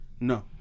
No